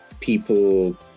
People